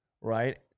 right